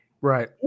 Right